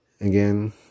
again